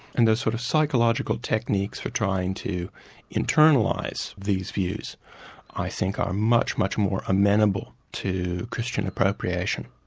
and the sort of psychological techniques for trying to internalise these views i think are much, much more amenable to christian appropriation.